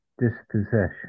dispossession